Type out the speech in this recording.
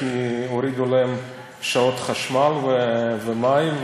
כי הורידו להם שעות חשמל ומים,